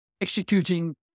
executing